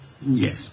Yes